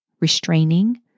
restraining